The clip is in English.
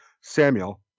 Samuel